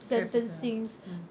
trafficker ah mm